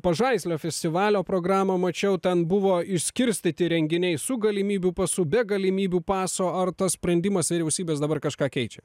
pažaislio festivalio programą mačiau ten buvo išskirstyti renginiai su galimybių pasų be galimybių paso ar tas sprendimas vyriausybės dabar kažką keičia